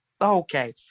Okay